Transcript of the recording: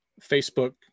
Facebook